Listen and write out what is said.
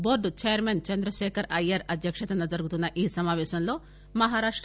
board chairman Chandrasekhar Iyer అధ్యక్షతన జరుగుతున్న ఈ సమాపేశంలో మహారాష్ట